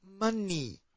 money